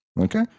Okay